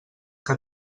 que